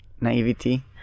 naivety